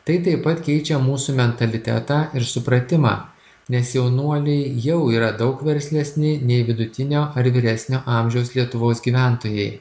tai taip pat keičia mūsų mentalitetą ir supratimą nes jaunuoliai jau yra daug verslesni nei vidutinio ar vyresnio amžiaus lietuvos gyventojai